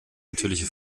natürliche